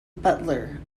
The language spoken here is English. butler